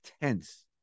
tense